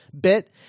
bit